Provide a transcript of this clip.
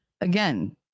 again